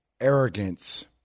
arrogance